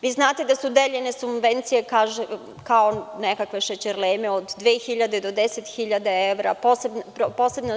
Vi znate da su deljene subvencije kao nekakve šećerleme od 2.000 do 10.000 evra.